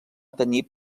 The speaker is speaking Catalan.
tenir